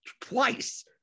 twice